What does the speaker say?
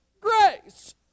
grace